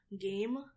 game